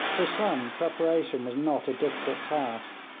for some preparation was not a difficult task.